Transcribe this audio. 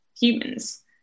humans